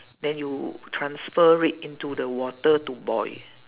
then you transfer it into the water to boil